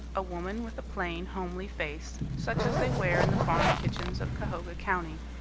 a woman with a plain, homely face such as they wear in the farm kitchens of cahoga county,